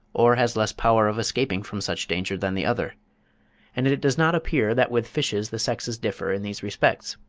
or has less power of escaping from such danger than the other and it does not appear that with fishes the sexes differ in these respects.